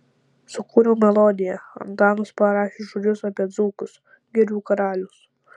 sukūriau melodiją antanas parašė žodžius apie dzūkus girių karalius